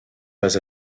pas